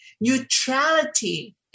Neutrality